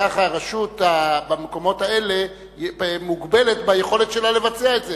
כך הרשות במקומות האלה מוגבלת ביכולת שלה לבצע את זה.